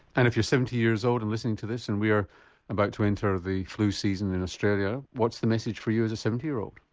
and if you're seventy years old and listening to this and we are about to enter the flu season in australia what's the message for you as a seventy year old?